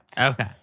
Okay